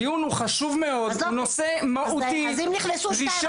הדיון הוא חשוב מאוד, הוא נושא מהותי ראשון